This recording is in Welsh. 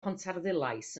pontarddulais